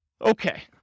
Okay